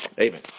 amen